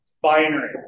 binary